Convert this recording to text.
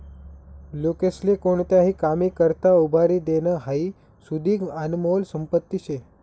लोकेस्ले कोणताही कामी करता उभारी देनं हाई सुदीक आनमोल संपत्ती शे